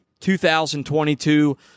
2022